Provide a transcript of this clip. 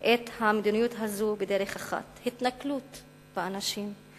את המדיניות הזאת בדרך אחת: התנכלות לאנשים,